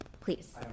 please